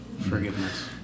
forgiveness